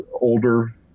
older